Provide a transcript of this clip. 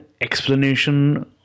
explanation